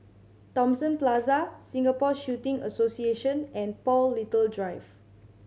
Thomson Plaza Singapore Shooting Association and Paul Little Drive